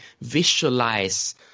visualize